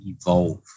evolve